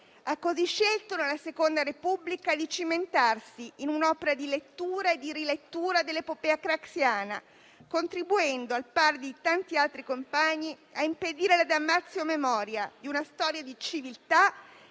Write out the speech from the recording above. Ha così scelto nella seconda Repubblica di cimentarsi in un'opera di lettura e di rilettura dell'epopea craxiana, contribuendo, al pari di tanti altri compagni, a impedire la *damnatio* *memoriae* di una storia di civiltà